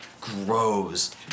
grows